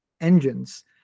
engines